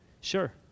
sure